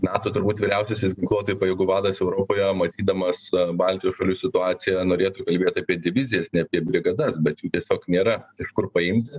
nato turbūt vyriausiasis ginkluotųjų pajėgų vadas europoje matydamas baltijos šalių situaciją norėtų kalbėt apie divizijas ne apie brigadas bet jų tiesiog nėra iš kur paimti